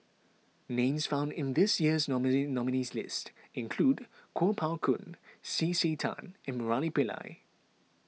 names found in this years nominate nominees' list include Kuo Pao Kun C C Tan and Murali Pillai